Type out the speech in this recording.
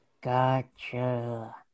Gotcha